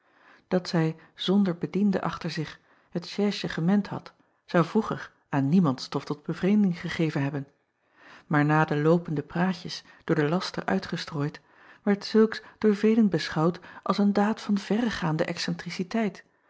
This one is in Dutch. at zij zonder bediende achter zich het chaisje gemend had zou vroeger aan niemand stof tot bevreemding gegeven hebben maar na de loopende praatjes door den laster uitgestrooid werd zulks door velen beschouwd als een daad van verregaande